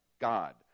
God